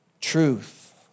truth